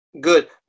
Good